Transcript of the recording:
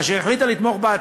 אשר החליטה לתמוך בה,